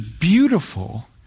beautiful